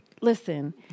listen